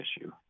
issue